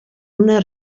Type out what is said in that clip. una